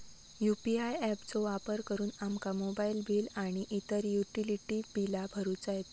UPI app चो वापर करुन आमका मोबाईल बिल आणि इतर युटिलिटी बिला भरुचा येता